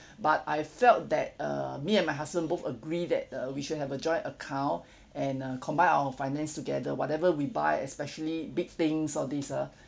but I felt that err me and my husband both agree that uh we should have a joint account and uh combine our finance together whatever we buy especially big things all this uh